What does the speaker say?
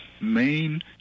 main